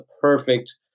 perfect